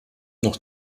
noch